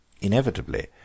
Inevitably